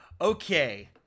Okay